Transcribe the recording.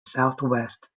southwest